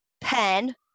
pen